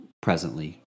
presently